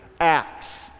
acts